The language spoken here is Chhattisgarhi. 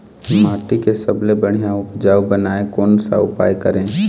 माटी के सबसे बढ़िया उपजाऊ बनाए कोन सा उपाय करें?